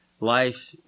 life